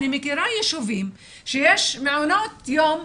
אני מכירה יישובים שיש מעונות יום,